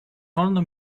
wolno